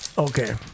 Okay